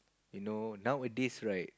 you know nowadays right